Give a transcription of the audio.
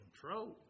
control